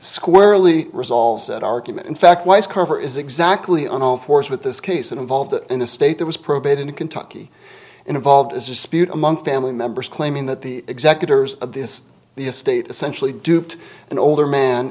squarely resolves that argument in fact why is cover is exactly on all fours with this case involved in the state there was probate in kentucky involved is dispute among family members claiming that the executors of this the estate essentially duped an older man